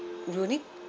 you will need